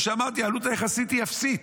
היחסית היא אפסית,